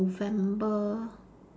November